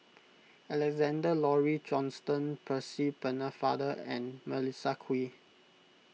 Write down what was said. Alexander Laurie Johnston Percy Pennefather and Melissa Kwee